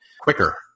quicker